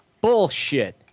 Bullshit